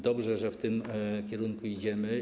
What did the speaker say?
Dobrze, że w tym kierunku idziemy.